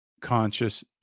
conscious